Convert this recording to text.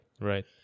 right